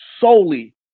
solely